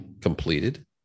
completed